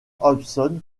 hobson